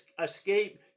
escape